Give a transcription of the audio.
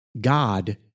God